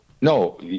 no